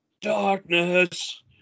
Darkness